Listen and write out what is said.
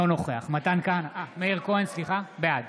בעד